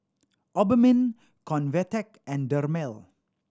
Obimin Convatec and Dermale